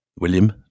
William